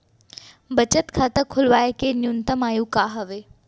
बचत खाता खोलवाय के न्यूनतम आयु का हवे?